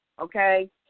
Okay